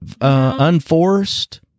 Unforced